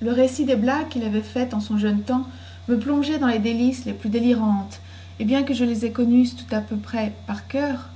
le récit des blagues quil avait faites en son jeune temps me plongeait dans les délices les plus délirantes et bien que je les connusse toutes à peu près par coeur